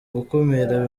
gukumira